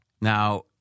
Now –